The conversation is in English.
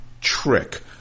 trick